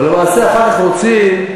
ולמעשה אחר כך רוצים,